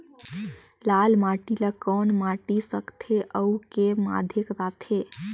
लाल माटी ला कौन माटी सकथे अउ के माधेक राथे?